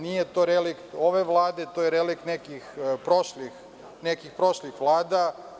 Nije to relikt ove vlade, to je relikt nekih prošlih vlada.